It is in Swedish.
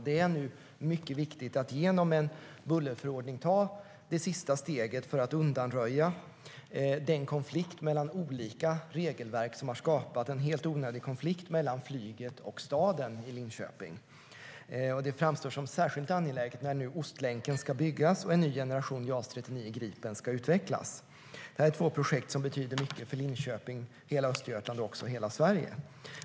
Det är nu mycket viktigt att genom en bullerförordning ta det sista steget för att undanröja den konflikt mellan olika regelverk som har skapat en helt onödig konflikt mellan flyget och staden Linköping. Det framstår som särskilt angeläget nu när Ostlänken ska byggas och en ny generation JAS 39 Gripen ska utvecklas. Det är två projekt som betyder mycket för Linköping, hela Östergötland och hela Sverige.